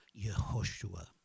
Yehoshua